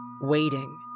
waiting